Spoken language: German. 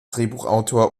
drehbuchautor